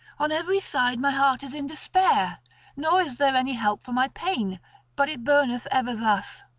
on every side my heart is in despair nor is there any help for my pain but it burneth ever thus.